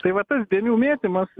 tai va tas dėmių mėtymas